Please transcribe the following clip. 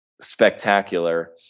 spectacular